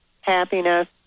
happiness